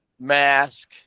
mask